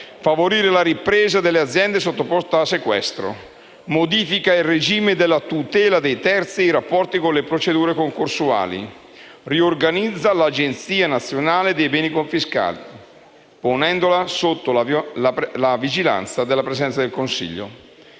favorire la ripresa delle aziende sottoposte a sequestro; modifica il regime della tutela dei terzi e i rapporti con le procedure concorsuali; riorganizza l'Agenzia nazionale dei beni confiscati, ponendola sotto la vigilanza della Presidenza del Consiglio.